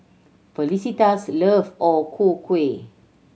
Felicitas love O Ku Kueh